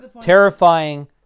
Terrifying